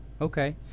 Okay